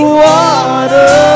water